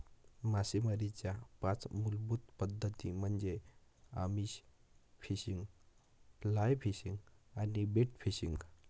मासेमारीच्या पाच मूलभूत पद्धती म्हणजे आमिष फिशिंग, फ्लाय फिशिंग आणि बेट फिशिंग